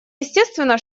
естественно